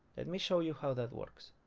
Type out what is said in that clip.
and me show you how that works